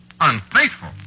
Unfaithful